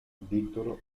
víctor